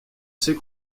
sait